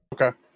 Okay